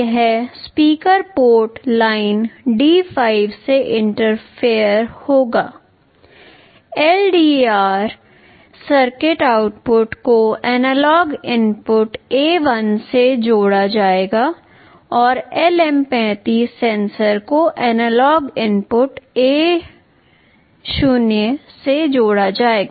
यह speaker port line D5 से interface होगा LDR सर्किट आउटपुट को एनालॉग इनपुट A1 से जोड़ा जाएगा और LM35 सेंसर को एनालॉग इनपुट A0 से जोड़ा जाएगा